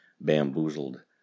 bamboozled